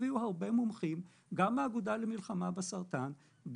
הופיעו הרבה מומחים גם מהאגודה למלחמה בסרטן,